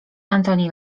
antoni